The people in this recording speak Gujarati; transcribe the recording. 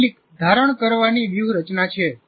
આ કેટલીક ધારણ કરવાની વ્યુહરચના છે